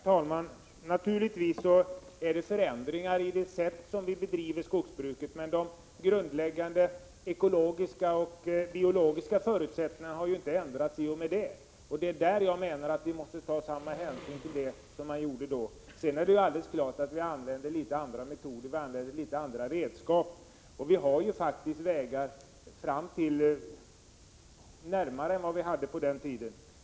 Herr talman! Naturligtvis har det skett förändringar i det sätt på vilket vi bedriver skogsbruket. Men de grundläggande ekologiska och biologiska förutsättningarna har ju inte ändrats i och med detta. Det är mot den bakgrunden jag menar att vi måste ta samma hänsyn till naturvårdsintressena nu som man gjorde då. Men det är alldeles klart att vi använder andra metoder och andra redskap, och vi har ju faktiskt vägar som leder närmare fram till skogsbruket än dem man hade på den tiden.